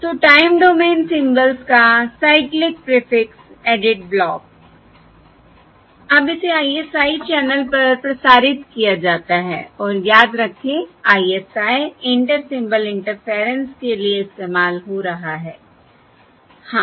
तो time domain symbols का cyclic prefix added block अब इसे ISI चैनल पर प्रसारित किया जाता है और याद रखें ISI इंटर सिंबल इंटरफेरेंस के लिए इस्तेमाल हो रहा है हाँ